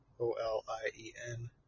O-L-I-E-N